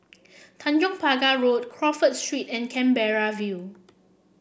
Tanjong Pagar Road Crawford Street and Canberra View